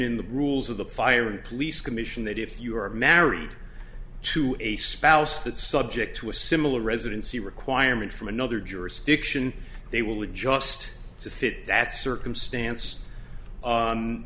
in the rules of the fire and police commission that if you are married to a spouse that subject to a similar residency requirement from another jurisdiction they will adjust to fit that